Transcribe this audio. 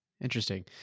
interesting